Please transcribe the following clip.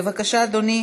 בבקשה, אדוני,